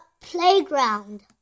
Playground